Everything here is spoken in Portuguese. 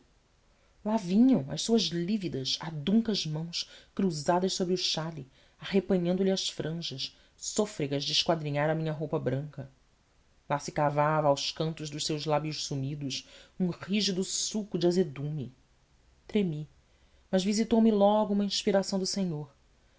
lá vinham as suas lívidas aduncas mãos cruzadas sobre o xale arrepanhando lhe as franjas sôfregas de esquadrinhar a minha roupa branca lá se cavava aos cantos dos seus lábios sumidos um rígido sulco de azedume tremi mas visitou me logo uma inspiração do senhor